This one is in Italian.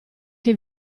che